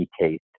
taste